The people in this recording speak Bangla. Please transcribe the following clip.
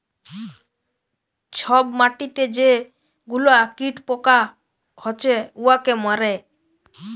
ছব মাটিতে যে গুলা কীট পকা হছে উয়াকে মারে